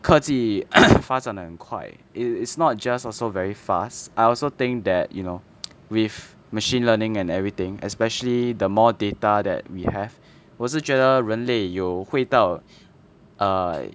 科技发展很快 it's not just also very fast I also think that you know with machine learning and everything especially the more data that we have 我是觉得人类有会到 err